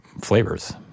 flavors